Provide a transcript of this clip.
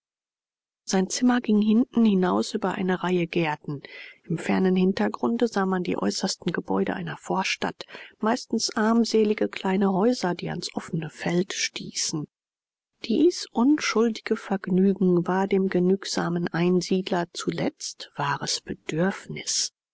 sein zimmer ging hinten hinaus über eine reihe gärten im fernen hintergrunde sah man die äußersten gebäude einer vorstadt meistens armselige kleine häuser die ans offene feld stießen dies unschuldige vergnügen war dem genügsamen einsiedler zuletzt wahres bedürfnis